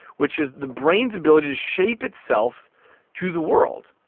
which is the brain's ability to shape itself to the world.